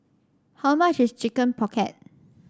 how much is Chicken Pocket